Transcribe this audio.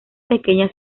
pequeñas